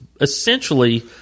essentially